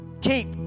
Keep